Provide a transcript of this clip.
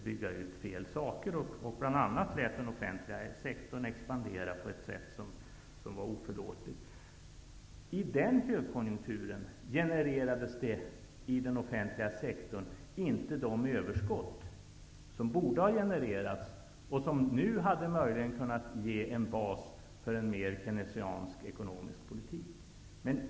Högkonjunkturen under 80-talet kunde inte utnyttjas på ett bra sätt för en ekonomisk tillväxt, eftersom vi gick in i en överhettningsfas och använde resurserna för att bygga ut fel saker och bl.a. lät den offentliga sektorn expandera på ett sätt som var oförlåtligt.